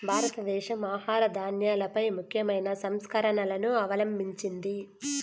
భారతదేశం ఆహార ధాన్యాలపై ముఖ్యమైన సంస్కరణలను అవలంభించింది